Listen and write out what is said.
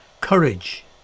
Courage